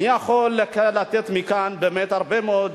אני יכול לתת מכאן באמת הרבה מאוד